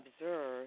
observe